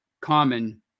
common